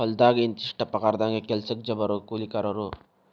ಹೊಲದಾಗ ಇಂತಿಷ್ಟ ಪಗಾರದಂಗ ಕೆಲಸಕ್ಜ ಬರು ಕೂಲಿಕಾರರು